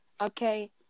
Okay